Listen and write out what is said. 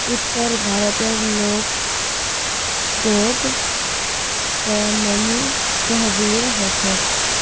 उत्तर भारतेर लोगक त नमी सहबइ ह छेक